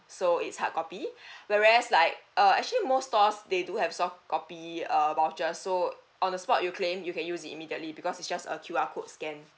so it's hardcopy whereas like uh actually most stores they do have softcopy uh vouchers so on the spot you claim you can use it immediately because it's just a Q_R code scan